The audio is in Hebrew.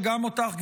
וגם אותך,